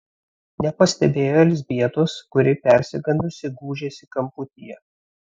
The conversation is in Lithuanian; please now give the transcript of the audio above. nepastebėjo elzbietos kuri persigandusi gūžėsi kamputyje